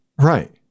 right